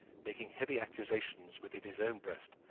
making heavy accusations, within his own breast,